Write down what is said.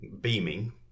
beaming